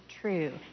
true